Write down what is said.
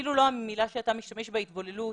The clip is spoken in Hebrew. אפילו המילה שאתה משתמש בה, התבוללות,